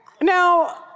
Now